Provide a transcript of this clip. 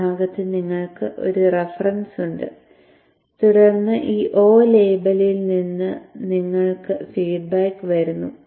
ഈ ഭാഗത്ത് നിങ്ങൾക്ക് ആ റഫറൻസ് ഉണ്ട് തുടർന്ന് ഈ O ലേബലിൽ നിന്ന് നിങ്ങൾക്ക് ഫീഡ്ബാക്ക് വരുന്നു